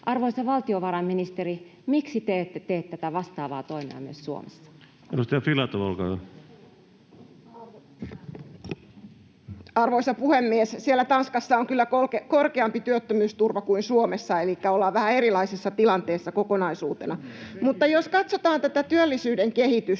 Arvoisa valtiovarainministeri, miksi te ette tee tätä vastaavaa toimea myös Suomessa? Edustaja Filatov, olkaa hyvä. Arvoisa puhemies! Siellä Tanskassa on kyllä korkeampi työttömyysturva kuin Suomessa, elikkä ollaan vähän erilaisessa tilanteessa kokonaisuutena. Mutta jos katsotaan tätä työllisyyden kehitystä,